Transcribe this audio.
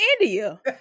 India